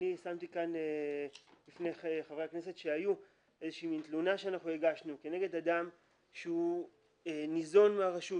שמתי בפני חברי הכנסת שהיו תלונה שהגשנו נגד אדם שניזון מהרשות,